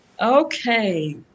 Okay